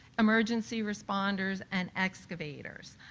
emergency responders and excavators.